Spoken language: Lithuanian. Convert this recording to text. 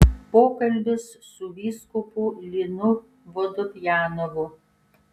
pokalbis su vyskupu linu vodopjanovu